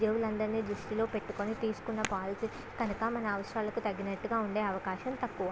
ఉద్యోగులందరినీ దృష్టిలో పెట్టుకుని తీసుకున్న పాలసీ కనుక మన అవసరాలకు తగినట్టుగా ఉండే అవకాశం తక్కువ